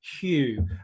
Hue